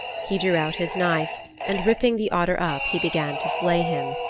he drew out his knife and ripping the otter up he began to flay him.